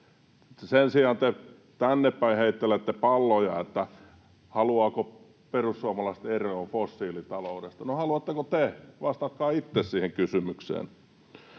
Sen sijaan te tännepäin heittelette palloja, että haluaako perussuomalaiset eroon fossiilitaloudesta. No, haluatteko te? Vastatkaa itse siihen kysymykseen.